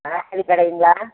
காய்கறி கடைங்களா